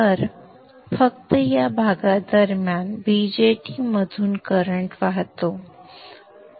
तर फक्त या भागादरम्यान बीजेटीमधून करंट वाहतो